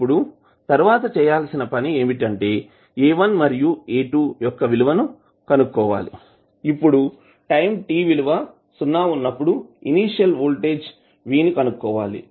ఇప్పుడు తర్వాత చేయాల్సిన పని ఏమిటంటే A1 మరియు A2 యొక్క విలువను కనుక్కోవాలి ఇప్పుడు టైం t విలువ సున్నా ఉన్నప్పుడు ఇనీషియల్ వోల్టేజ్ v ని కనుక్కోవాలి